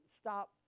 stop